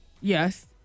Yes